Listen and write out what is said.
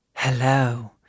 Hello